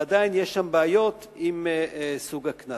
ועדיין יש שם בעיות עם סוג הקנס.